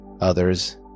others